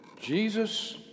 Jesus